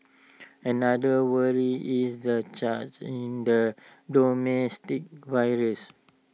another worry is the charge in the virus